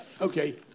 Okay